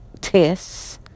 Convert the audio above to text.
tests